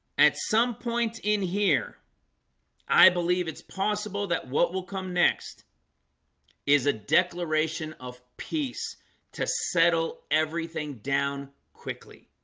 at some point in here i believe it's possible that what will come next is a declaration of peace to settle everything down quickly